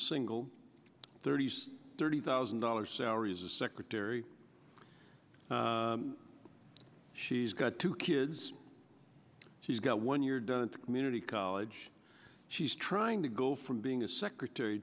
single thirty's thirty thousand dollars salary is a secretary she's got two kids she's got one year done in the community college she's trying to go from being a secretary